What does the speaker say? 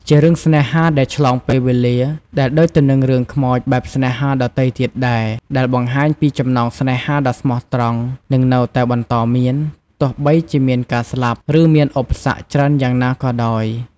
ជារឿងស្នេហាដែលឆ្លងពេលវេលា ដែលដូចទៅនឹងរឿងខ្មោចបែបស្នេហាដទៃទៀតដែរ ដែលបង្ហាញពីចំណងស្នេហាដ៏ស្មោះត្រង់នឹងនៅតែបន្តមាន ទោះបីជាមានការស្លាប់ ឬមានឧបសគ្គច្រើនយ៉ាងណាក៏ដោយ។